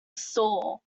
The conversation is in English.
stall